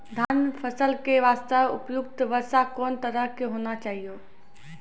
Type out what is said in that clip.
धान फसल के बास्ते उपयुक्त वर्षा कोन तरह के होना चाहियो?